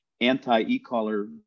anti-e-collar